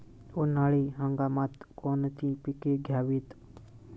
उन्हाळी हंगामात कोणती पिके घ्यावीत?